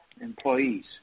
employees